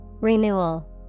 Renewal